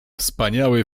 wspaniały